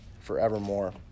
forevermore